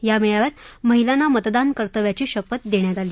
या मेळाव्यात महिलांना मतदान कर्तव्याची शपथ देण्यात आली